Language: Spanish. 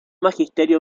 magisterio